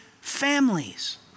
families